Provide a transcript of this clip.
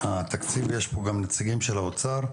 יש פה גם נציגים של האוצר,